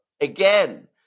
again